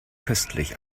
köstlich